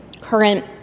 current